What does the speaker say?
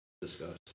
Discuss